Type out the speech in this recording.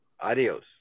Adios